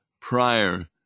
prior